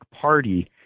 party